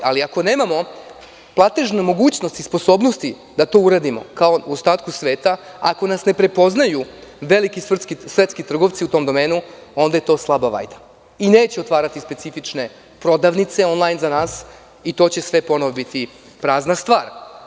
Ako nemamo platežne mogućnosti i sposobnosti da to uradimo, kao u ostatku sveta, ako nas ne prepoznaju veliki svetski trgovci u tom domenu, onda je to slaba vajda i neće otvarati specifične onlajn prodavnice za nas i to će sve ponovo biti prazna stvar.